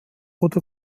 oder